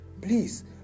please